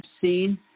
seen